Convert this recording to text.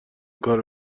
کارو